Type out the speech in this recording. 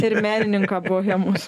ir menininką bohemos